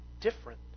different